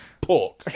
pork